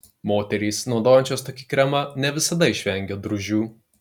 moterys naudojančios tokį kremą ne visada išvengia drūžių